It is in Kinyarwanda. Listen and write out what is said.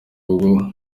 ubwo